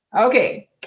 okay